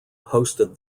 hosted